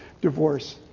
divorce